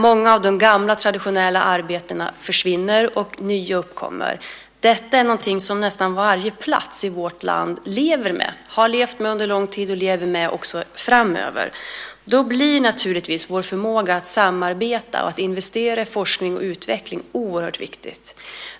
Många av de gamla traditionella arbetena försvinner och nya uppkommer. Detta är något som nästan varje plats i vårt land lever med, har levt med under lång tid och lever med också framöver. Då blir naturligtvis vår förmåga att samarbeta och att investera i forskning och utveckling oerhört viktig.